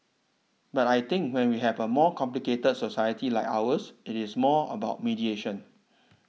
but I think when we have a more complicated society like ours it is more about mediation